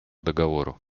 договору